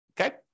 okay